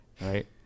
right